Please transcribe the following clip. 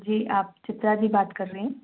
जी आप चित्रा जी बात कर रहीं हैं